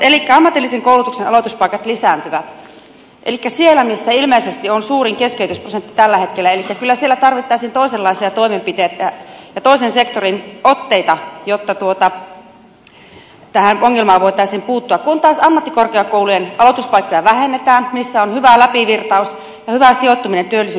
elikkä ammatillisen koulutuksen aloituspaikat lisääntyvät siellä missä ilmeisesti on suurin keskeytysprosentti tällä hetkellä kyllä tarvittaisiin toisenlaisia toimenpiteitä ja toisen sektorin otteita jotta tähän ongelmaan voitaisiin puuttua kun taas ammattikorkeakoulujen aloituspaikkoja vähennetään joissa on hyvä läpivirtaus ja hyvä sijoittuminen työllisyysmarkkinoille